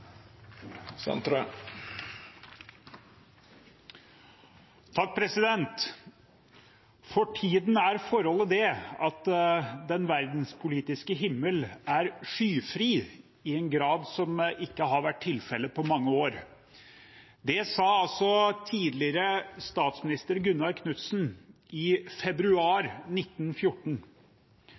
tiden er da forholdet det, at den politiske himmel, verdenspolitisk, set, er skyfri i en grad, som ikke har været tilfældet paa mange aar.» Det sa tidligere statsminister Gunnar Knudsen i februar 1914.